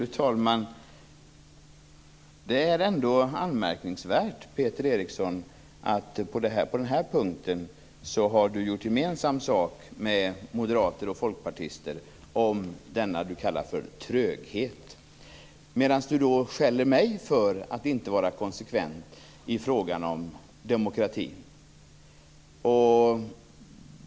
Fru talman! Det är anmärkningsvärt att Peter Eriksson har gjort gemensam sak med moderater och folkpartister om denna som han kallar det, tröghet, medan han skäller mig för att inte vara konsekvent i frågan om demokratin.